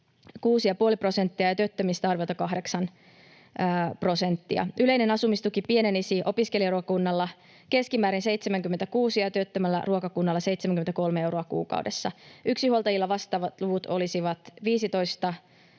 6,5 prosenttia ja työttömistä arviolta 8 prosenttia. Yleinen asumistuki pienenisi opiskelijaruokakunnalla keskimäärin 76 euroa ja työttömällä ruokakunnalla 73 euroa kuukaudessa. Yksinhuoltajilla vastaavat luvut olisivat 15